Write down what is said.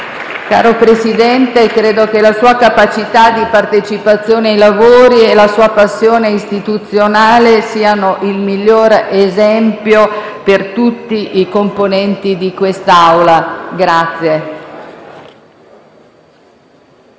Caro Presidente, credo che la sua capacità di partecipazione ai lavori e la sua passione istituzionale siano il miglior esempio per tutti i componenti di quest'Assemblea.